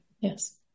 Yes